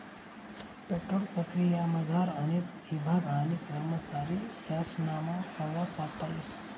petrol प्रक्रियामझार अनेक ईभाग आणि करमचारी यासनामा संवाद साधता येस